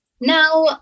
now